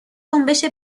جنبش